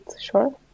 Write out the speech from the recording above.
sure